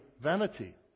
vanity